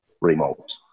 remote